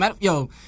yo